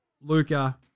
Luca